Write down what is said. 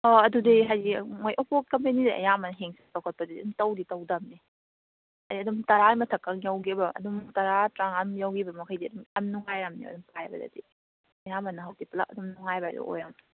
ꯑꯣ ꯑꯗꯨꯗꯤ ꯍꯥꯏꯗꯤ ꯃꯣꯏ ꯑꯣꯞꯄꯣ ꯀꯝꯄꯦꯅꯤꯗꯤ ꯑꯌꯥꯝꯕ ꯍꯦꯡ ꯆꯠꯄ ꯈꯣꯠꯄꯗꯤ ꯑꯗꯨꯝ ꯇꯧꯗꯤ ꯇꯧꯗꯝꯅꯦ ꯍꯥꯏꯗꯤ ꯑꯗꯨꯝ ꯇꯔꯥꯒꯤ ꯃꯊꯛꯀ ꯌꯧꯈꯤꯕ ꯑꯗꯨꯝ ꯇꯔꯥ ꯇꯔꯥꯃꯉꯥ ꯑꯗꯨꯝ ꯌꯧꯈꯤꯕ ꯃꯈꯩꯗꯤ ꯑꯗꯨꯝ ꯌꯥꯝ ꯅꯨꯡꯉꯥꯏꯔꯝꯅꯤ ꯑꯗꯨꯝ ꯄꯥꯏꯕꯗꯗꯤ ꯑꯌꯥꯝꯕꯅ ꯍꯧꯖꯤꯛ ꯄꯨꯂꯞ ꯑꯗꯨꯝ ꯅꯨꯡꯉꯥꯏꯕ ꯍꯥꯏꯗꯣ ꯑꯣꯏꯔꯝꯅꯦ